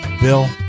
bill